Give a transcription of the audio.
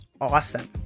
Awesome